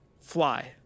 fly